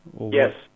yes